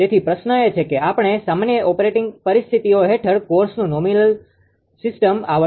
તેથી પ્રશ્ન એ છે કે આપણે સામાન્ય ઓપરેટીંગ પરિસ્થિતિઓ હેઠળ કોર્સનુ નોમિનલ સીસ્ટમ આવર્તન જાળવવું પડશે